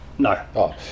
No